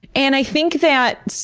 and i think that,